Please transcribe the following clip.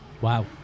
Wow